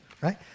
right